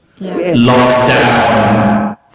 Lockdown